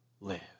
live